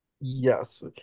Yes